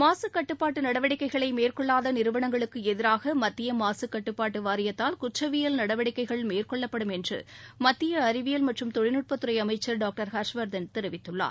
மாசு கட்டுபாட்டு நடவடிக்கைகளை மேற்கொள்ளாத நிறுவனங்களுக்கு எதிராக மத்திய மாசு கட்டுபாட்டு வாரியத்தால் குற்றவியல் நடவடிக்கைகள் மேற்கொள்ளப்படும் என்று மத்திய அறிவியல் மற்றும் தொழில்நுட்பத்துறை அமைச்சர் டாக்டர் ஹர்ஷவர்தன் தெரிவித்துள்ளார்